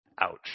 Ouch